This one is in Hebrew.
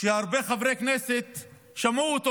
שגם הרבה חברי כנסת שמעו אותו.